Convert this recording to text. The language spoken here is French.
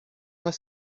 pas